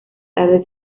tarde